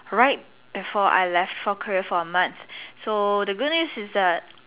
right before I left for Korea for a month so the good news is that